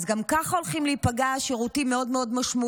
אז גם ככה הולכים להיפגע שירותים משמעותיים